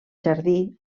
jardí